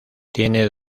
tienen